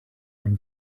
them